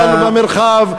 אותנו במרחב,